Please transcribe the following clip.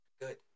Good